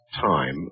time